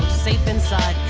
safe inside.